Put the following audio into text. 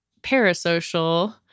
parasocial